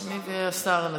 אני והשר נצביע.